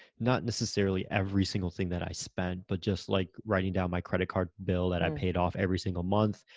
not necessarily every single thing that i spent, but just like writing down my credit card bill that i paid off every single month,